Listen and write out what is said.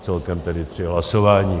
Celkem tedy tři hlasování.